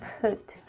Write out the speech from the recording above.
put